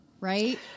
right